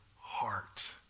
heart